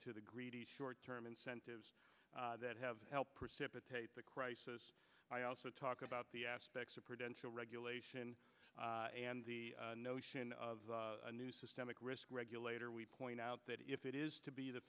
to the greedy short term incentives that have helped precipitate the crisis i also talk about the aspects of prudential regulation and the notion of a new systemic risk regulator we point out that if it is to be the